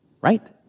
right